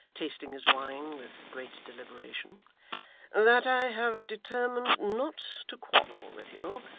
tasting his wine with great deliberation that i have determined not to quarrel with you,